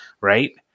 right